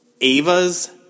Ava's